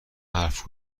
حرف